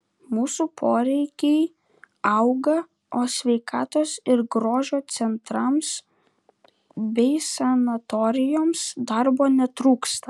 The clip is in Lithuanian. mūsų poreikiai auga o sveikatos ir grožio centrams bei sanatorijoms darbo netrūksta